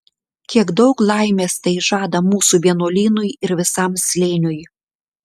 kiek daug laimės tai žada mūsų vienuolynui ir visam slėniui